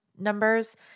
numbers